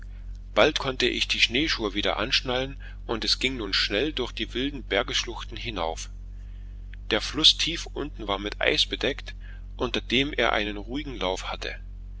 bald konnte ich die schneeschuhe wieder anschnallen und es ging nun schnell durch die wilden gebirgsschluchten hinauf der fluß tief unten war mit eis bedeckt unter dem er einen ruhigen lauf hatte